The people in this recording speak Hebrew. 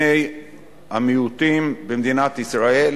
לבני-המיעוטים במדינת ישראל,